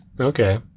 Okay